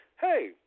hey